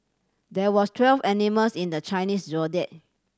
there were twelve animals in the Chinese Zodiac